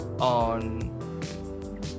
on